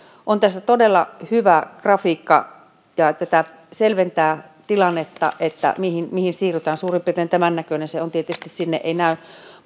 on tästä todella hyvä grafiikka ja tämä selventää tilannetta mihin mihin siirrytään suurin piirtein tämännäköinen se on tietysti sinne ei näy